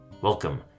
Welcome